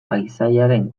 paisaiaren